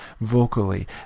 vocally